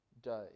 day